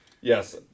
Yes